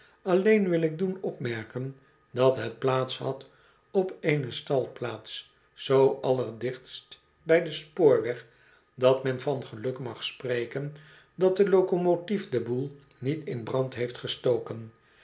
alleen wil ik doen opmerken dat het plaats had op een stalplaats zoo allerdichtst bij den spoorweg dat men van geluk mag spreken dat de locomotief den boel niet in brand heeft gestoken